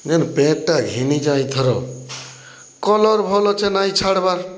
ଯେନ୍ ପ୍ୟାଣ୍ଟ୍ଟା ଘିନିଚେଁ ଇଥର କଲର୍ ଭଲ୍ ଅଛେ ନାଇଁ ଛାଡ଼୍ବାର୍